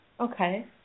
Okay